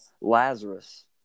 Lazarus